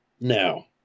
Now